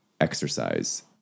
exercise